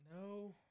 No